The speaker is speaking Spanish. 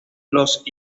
los